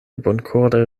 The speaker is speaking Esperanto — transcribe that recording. bonkore